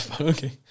Okay